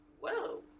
whoa